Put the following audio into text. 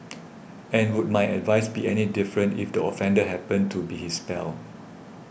and would my advice be any different if the offender happened to be his pal